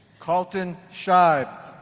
colton shibe